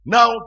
Now